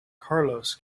carlos